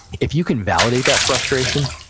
if you can validate that frustration,